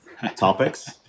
topics